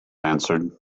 answered